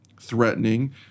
threatening